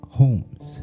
homes